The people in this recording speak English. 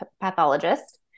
pathologist